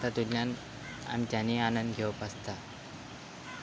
तातूंतल्यान आमच्यांनी आनंद घेवप आसता